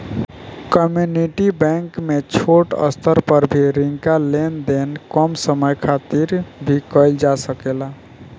community bank में छोट स्तर पर भी रिंका लेन देन कम समय खातिर भी कईल जा सकेला